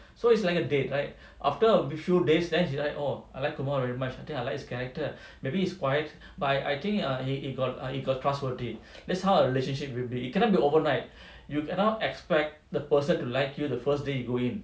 so it's like a date like after a few days then she like oh I like kumar very much I think I like his character maybe he's quiet but I I think err he got he got trustworthy that's how a relationship will be it cannot be overnight you cannot expect the person to like you the first day you go in